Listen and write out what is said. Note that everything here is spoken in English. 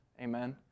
Amen